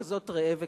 כזה ראה וקדש.